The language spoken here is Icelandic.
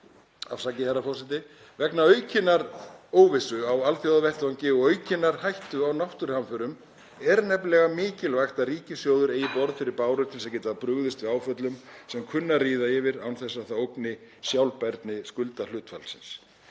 út í þeirri næstu. Vegna aukinnar óvissu á alþjóðavettvangi og aukinnar hættu á náttúruhamförum er nefnilega mikilvægt að ríkissjóður eigi borð fyrir báru til að geta brugðist við áföllum sem kunna að ríða yfir án þess að það ógni sjálfbærni skuldahlutfallsins.